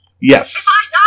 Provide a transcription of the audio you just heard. Yes